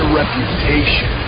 reputation